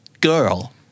girl